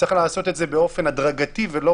צריך לעשות את זה באופן הדרגתי ולא